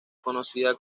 conocida